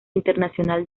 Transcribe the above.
internacional